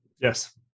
yes